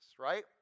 right